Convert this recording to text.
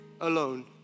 alone